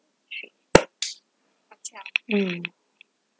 mm